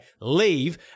leave